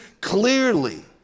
clearly